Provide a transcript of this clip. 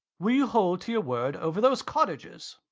will you hold to your word over those cottages?